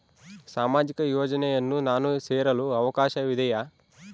ಸಾಮಾಜಿಕ ಯೋಜನೆಯನ್ನು ನಾನು ಸೇರಲು ಅವಕಾಶವಿದೆಯಾ?